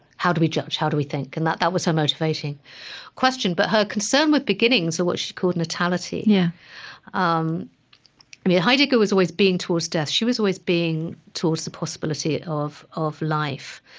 how do we judge? how do we think? and that that was her motivating question. but her concern with beginnings or what she called natality yeah um and yeah heidegger was always being towards death. she was always being towards the possibility of of life.